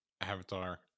Avatar